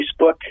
Facebook